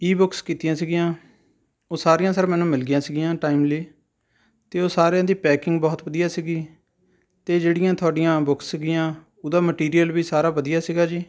ਈ books ਕੀਤੀਆਂ ਸੀਗੀਆਂ ਉਹ ਸਾਰੀਆਂ ਸਰ ਮੈਨੂੰ ਮਿਲ ਗਈਆਂ ਸੀਗੀਆਂ ਟਾਈਮਲੀ ਅਤੇ ਉਹ ਸਾਰੀਆਂ ਦੀ ਪੈਕਿੰਗ ਬਹੁਤ ਵਧੀਆ ਸੀਗੀ ਅਤੇ ਜਿਹੜੀਆਂ ਤੁਹਾਡੀਆਂ ਬੁੱਕਸ ਸੀਗੀਆਂ ਉਹਦਾ ਮਟੀਰੀਅਲ ਵੀ ਸਾਰਾ ਵਧੀਆ ਸੀਗਾ ਜੀ